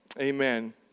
Amen